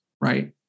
right